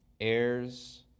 heirs